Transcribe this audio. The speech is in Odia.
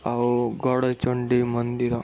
ଆଉ ଗଡ଼ଚଣ୍ଡୀ ମନ୍ଦିର